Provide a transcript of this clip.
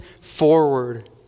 forward